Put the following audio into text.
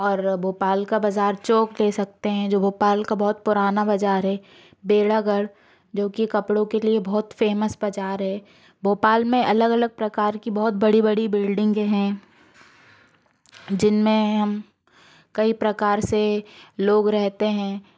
और भोपाल का बजार चौक ले सकते हैं जो भोपाल का बहुत पुराना बजार है बेलागढ़ जो कि कपड़ों के लिए बहुत ही फेमस बाजार है भोपाल में अलग अलग प्रकार की बहुत बड़ी बड़ी बिल्डिंगें हैं जिनमें हम कई प्रकार से लोग रहते हैं